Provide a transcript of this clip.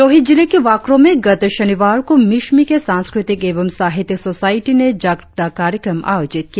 लोहित जिले के वाकरो में गत शनिवार को मिश्मी के सांस्कृतिक एवं साहित्यिक सोसायटी ने जागरुकता कार्यक्रम आयोजित किया